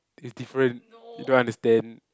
it's different you don't understand